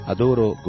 Adoro